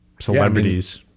celebrities